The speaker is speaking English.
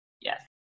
Yes